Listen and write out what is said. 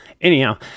Anyhow